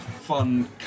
fun